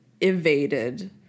evaded